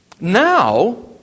Now